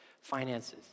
finances